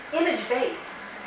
image-based